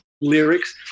lyrics